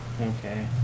Okay